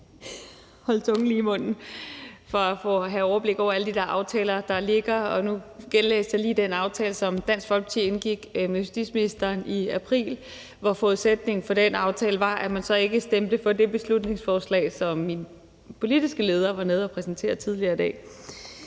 holde tungen lige i munden for at have overblik over alle de der aftaler, der ligger. Nu genlæste jeg lige den aftale, som Dansk Folkeparti indgik med justitsministeren i april, hvor forudsætningen for aftalen var, at man så ikke stemte for det beslutningsforslag, som min politiske leder var nede og præsentere tidligere i dag.